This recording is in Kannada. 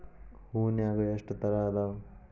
ಹೂನ್ಯಾಗ ಎಷ್ಟ ತರಾ ಅದಾವ್?